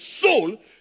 soul